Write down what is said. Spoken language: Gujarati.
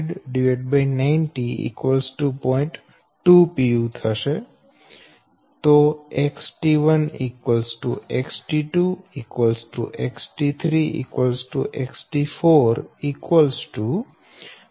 20 pu XT1 XT2 XT3 XT4 0